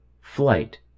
Flight